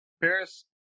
Paris